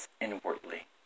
inwardly